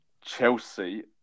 Chelsea